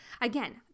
Again